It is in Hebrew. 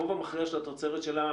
הרוב המכריע של התוצרת שלה,